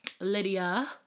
Lydia